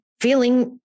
feeling